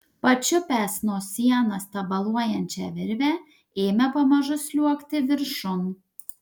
pačiupęs nuo sienos tabaluojančią virvę ėmė pamažu sliuogti viršun